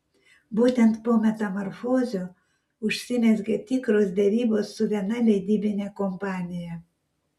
būtent po metamorfozių užsimezgė tikros derybos su viena leidybine kompanija